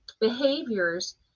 behaviors